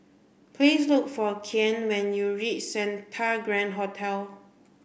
please look for Kian when you reach Santa Grand Hotel